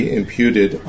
imputed